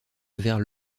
vers